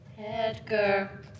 Edgar